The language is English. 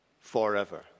forever